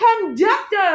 conductor